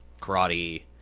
karate